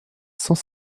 cent